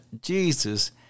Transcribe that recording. Jesus